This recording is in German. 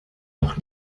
doch